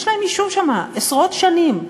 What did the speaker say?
יש להם יישוב שם עשרות שנים.